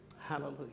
Hallelujah